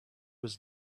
was